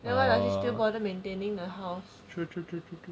then why are you still bother maintaining a house